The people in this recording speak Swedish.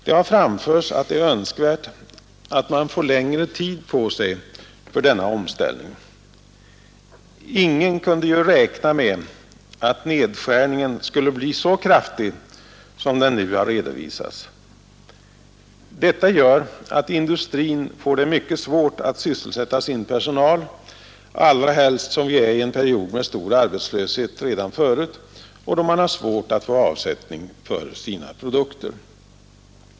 Det har framförts att det är önskvärt att man får längre tid på sig för denna omställning. Ingen kunde ju räkna med att nedskärningen skulle bli så kraftig som den nu har redovisats. Detta gör att industrin får det mycket svårt att sysselsätta sin personal, allra helst som vi är inne i en period med stor arbetslöshet redan förut och man har svårt att få avsättning för sina produkter.